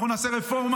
אנחנו נעשה רפורמה,